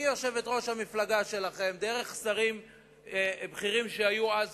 מיושבת-ראש המפלגה שלכם ועד שרים בכירים שהיו אז,